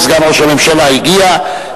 סגן ראש הממשלה הגיע,